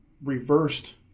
reversed